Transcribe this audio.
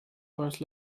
first